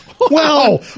wow